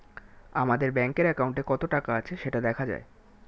আমাদের ব্যাঙ্কের অ্যাকাউন্টে কত টাকা আছে সেটা দেখা যায়